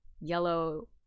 yellow